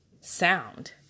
sound